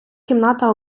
кімната